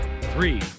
three